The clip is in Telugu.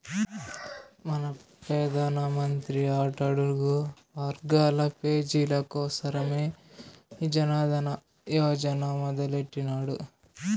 మన పెదానమంత్రి అట్టడుగు వర్గాల పేజీల కోసరమే ఈ జనదన యోజన మొదలెట్టిన్నాడు